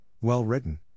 well-written